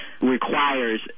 requires